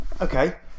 Okay